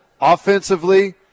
Offensively